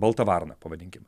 balta varna pavadinkim